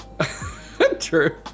true